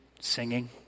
singing